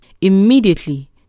Immediately